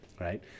right